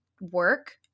work